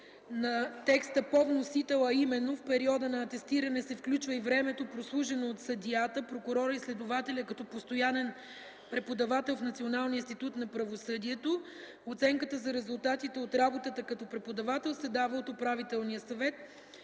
на текста по вносител, а именно: „В периода на атестиране се включва и времето, прослужено от съдията, прокурора и следователя като постоянен в Националния институт на правосъдието. Оценката за резултатите от работата като преподавател се дава от управителния съвет”,